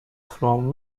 from